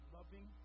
Loving